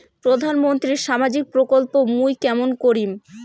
প্রধান মন্ত্রীর সামাজিক প্রকল্প মুই কেমন করিম?